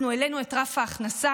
אנחנו העלינו את רף ההכנסה,